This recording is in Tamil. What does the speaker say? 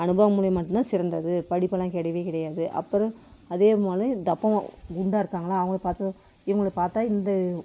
அனுபவம் மூலிமா மட்டுந்தான் சிறந்தது படிப்பெல்லாம் கெடையவே கிடையாது அப்புறம் அதே மாரி டப்பாவும் குண்டாக இருக்காங்களா அவங்கள பார்த்து இவங்களைப் பார்த்தா இந்த